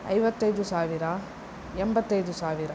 ಐವತ್ತೈದು ಸಾವಿರ ಎಂಬತ್ತೈದು ಸಾವಿರ